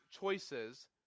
choices